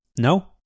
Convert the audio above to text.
No